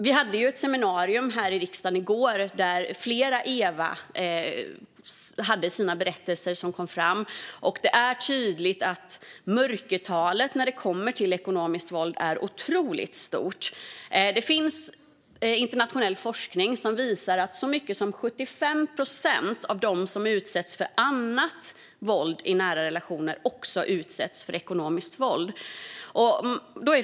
Vi hade ett seminarium här i riksdagen i går, där flera Eva kom fram med sina berättelser. Det är tydligt att mörkertalet när det gäller ekonomiskt våld är otroligt stort. Det finns internationell forskning som visar att så mycket som 75 procent av dem som utsätts för annat våld i nära relationer också utsätts för ekonomiskt våld.